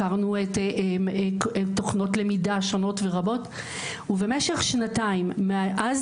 הכרנו תוכנות למידה שונות ורבות ובמשך שנתיים מאז